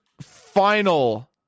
final